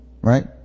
right